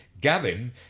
Gavin